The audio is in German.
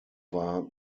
war